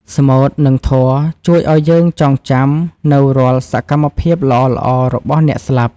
ស្មូត និងធម៌ជួយឱ្យយើងចងចាំនូវរាល់សកម្មភាពល្អៗរបស់អ្នកស្លាប់។